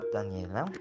Daniela